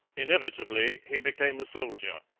inevitably he became a soldier.